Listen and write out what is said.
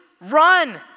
run